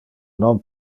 non